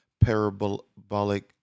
parabolic